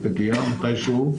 היא תגיע מתישהו,